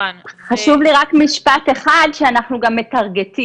חשוב לי רק משפט אחד, שאנחנו גם מטרגטים.